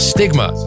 Stigma